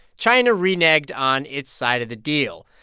china reneged on its side of the deal.